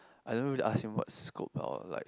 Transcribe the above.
I don't know whether ask him about scope or like